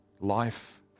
life